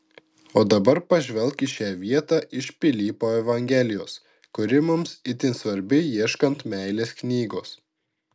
o dabar pažvelk į šią vietą iš pilypo evangelijos kuri mums itin svarbi ieškant meilės knygos